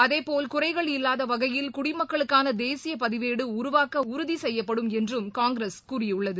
அதேபோல் குறைகள் இல்லாத வகையில் குடிமக்களுக்குான தேசிய பதிவேடு உருவாக்க உறுதி செய்யப்படும் என்றும் காங்கிரஸ் கூறியுள்ளது